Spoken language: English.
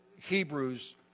Hebrews